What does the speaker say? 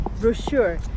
brochure